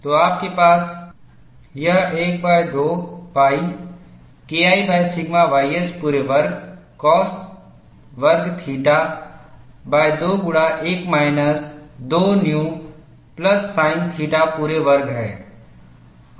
तो आपके पास यह 1 2 pi KI सिग्मा ys पूरे वर्ग काश वर्ग थीटा 2 गुणा 1 minus 2 nu plus sine theta पूरे वर्ग है